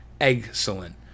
Excellent